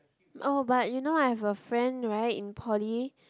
oh but you know I have a friend right in Poly